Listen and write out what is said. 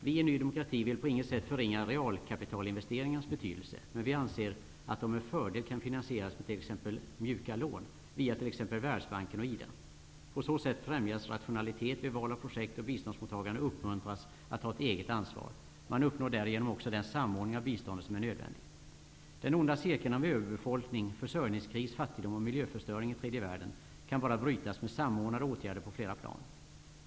Vi i Ny demokrati vill på intet sätt förringa realkapitalinvesteringarnas betydelse, men vi anser att de med fördel kan finansieras med s.k. mjuka lån via t.ex. Världsbanken och IDA. På så sätt främjas rationalitet vid val av projekt, och biståndsmottagaren uppmuntras att ta ett eget ansvar. Man uppnår därigenom också den samordning av biståndet som är nödvändig. Den onda cirkeln av överbefolkning, försörjningskris, fattigdom och miljöförstöring i tredje världen kan brytas bara med samordnade åtgärder på flera plan.